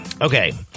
Okay